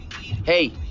hey